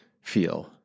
feel